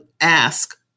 ask